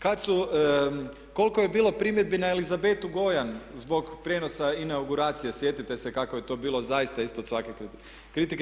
Kad su, koliko je bilo primjedbi na Elizabetu Gojan zbog prijenosa inauguracije, sjetite se kako je to bilo zaista ispod svake kritike.